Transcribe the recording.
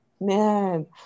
Man